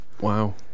Wow